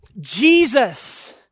Jesus